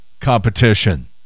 competition